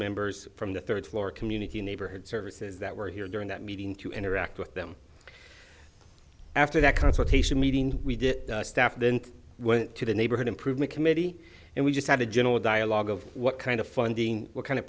members from the third floor community neighborhood services that were here during that meeting to interact with them after that consultation meeting we did the staff then went to the neighborhood improvement committee and we just had a general dialogue of what kind of funding what kind of